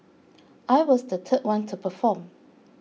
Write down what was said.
I was the third one to perform